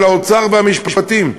האוצר והמשפטים.